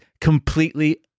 completely